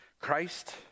Christ